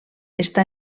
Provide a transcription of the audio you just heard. està